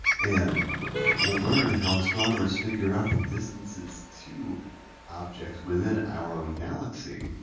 and we'll learn how astronomers figure out the distances to objects within our own galaxy,